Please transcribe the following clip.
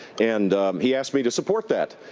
and he asked me to support that.